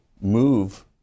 move